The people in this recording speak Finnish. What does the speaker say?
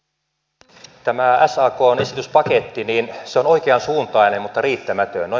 tämä sakn esityspaketti on oikeansuuntainen mutta riittämätön